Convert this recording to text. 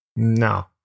No